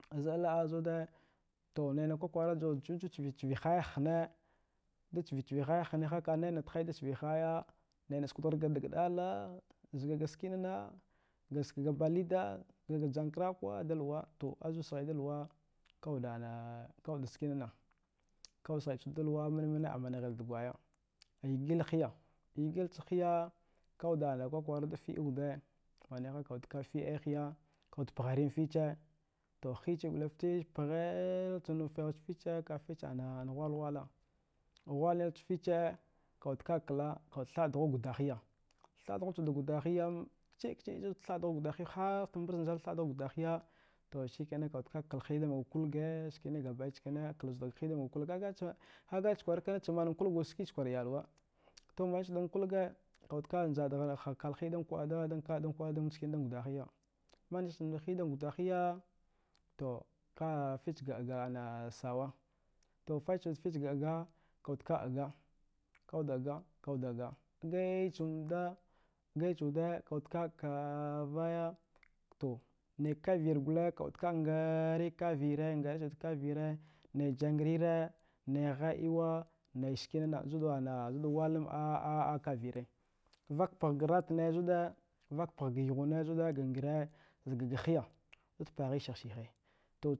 Zida la ba za wude, to naya kwa kwara ju chuchu jve haya hine da jvi haya hine nde naya na hini hina hine na jvi haya hine naya na skwdahari ka dkaɗala ka sikina sikina ga bleda kath jakwurka da yure. To za wude schi da lura ka wude an n na dgna ka wude schi mine mine a manhla dugwaya yagal haya, yagal ci haya ka wude dargha kwa kwara da tede wude maniha ka wude da feɗa haya, aa ka wude paharayan fici, to haya chi giral ara a iya tsene fici aya ne hwnl hwla hwla. Hwlanake fici ka wude ka kla ka wude thaduwa guda haya thaduwa tse gudahaya, kchde kchde zuda thaduwa gudahaya, harda da mbrata zu wude thaduwa guda haya, to sikina ka wude da kla hiya da ma kwlga, tuhba sikina gaba daya tsene, kladawa cu hiya achi dada tse gwre, ski tse kwara deylwa, to basine wude na kwlga ka wude njda, kla hiya, ka ka njel da guda haya ni tigha da gugu hiya. To ka fci ga ɗaga sawa to fc fci ga ɗaga ka wude ɗaga, ɗaga chu daga dagaci nda ci wude, ka wude kavaya nafa karine gwal ka gare kavire da kavire naya jarire naya ndiwe sikina na wathdile a aah kavire, vka b paha gra zu wude vka paha ga gra, yughwe za hiya za wude paha zudu tse kwara,